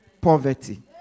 Poverty